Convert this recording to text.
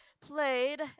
played